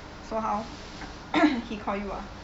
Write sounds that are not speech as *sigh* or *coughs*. so how *coughs* he call you ah